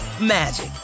magic